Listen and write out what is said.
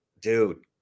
dude